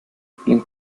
blinkt